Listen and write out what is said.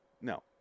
No